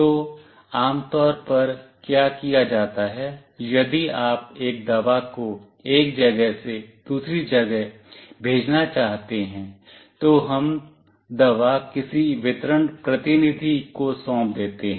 तो आम तौर पर क्या किया जाता है यदि आप एक दवा को एक जगह से दूसरी जगह भेजना चाहते हैं तो हम दवा किसी वितरण प्रतिनिधि को सौंप देते हैं